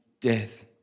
death